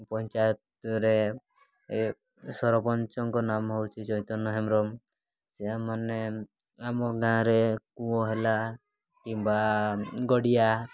ପଞ୍ଚାୟତରେ ସରପଞ୍ଚଙ୍କ ନାମ ହେଉଛି ଚୈତନ୍ୟ ହେମ୍ରମ୍ ଆମ ଗାଁରେ କୂଅ ହେଲା କିମ୍ବା ଗଡ଼ିଆ